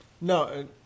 No